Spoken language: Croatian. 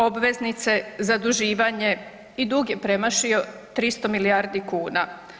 Obveznice, zaduživanje i dug je premašio 300 milijardi kuna.